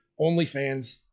OnlyFans